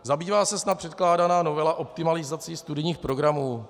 Zabývá se snad předkládaná novela optimalizací studijních programů?